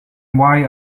why